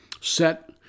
set